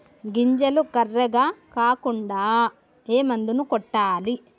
గింజలు కర్రెగ కాకుండా ఏ మందును కొట్టాలి?